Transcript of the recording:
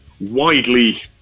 widely